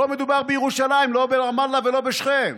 פה מדובר בירושלים, לא ברמאללה ולא בשכם,